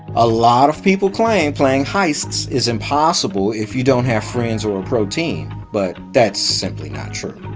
a lot of people claim playing heists is impossible if you don't have friends or a pro-team, but that's simply not true.